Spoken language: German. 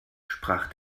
sprach